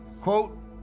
Quote